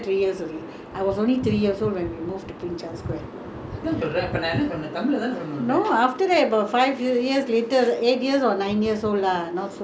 no after that about five years later eight years or nine years old lah not so young lah my brother's wedding all you came [what] I was six years old for my brother's wedding